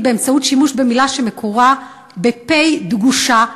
באמצעות שימוש במילה שמקורה בפ"א דגושה,